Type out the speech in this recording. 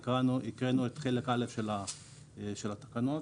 הקראנו את חלק א' של התקנות